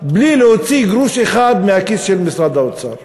בלי להוציא גרוש אחד מהכיס של משרד האוצר.